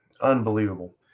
unbelievable